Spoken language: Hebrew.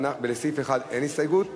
לסעיף 1 אין הסתייגות.